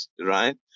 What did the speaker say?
right